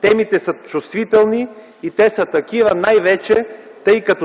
Темите са чувствителни и са такива най-вече, тъй като